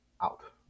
out